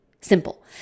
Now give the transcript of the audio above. simple